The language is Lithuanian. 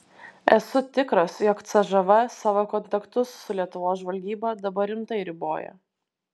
esu tikras jog cžv savo kontaktus su lietuvos žvalgyba dabar rimtai riboja